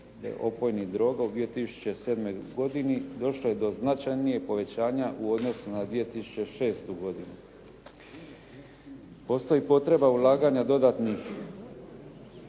opojnih droga u 2007. godini došlo je do značajnijeg povećanja u odnosu na 2006. godinu. Postoji potreba ulaganja dodatnih